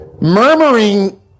murmuring